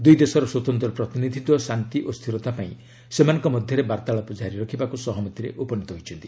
ଦୁଇ ଦେଶର ସ୍ୱତନ୍ତ୍ର ପ୍ରତିନିଧି ଦ୍ୱୟ ଶାନ୍ତି ଓ ସ୍ଥିରତା ପାଇଁ ସେମାନଙ୍କ ମଧ୍ୟରେ ବାର୍ତ୍ତାଳାପ ଜାରି ରଖିବାକୁ ସହମତିରେ ଉପନିତ ହୋଇଛନ୍ତି